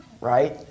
right